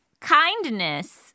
kindness